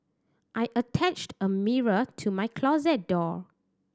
I attached a mirror to my closet door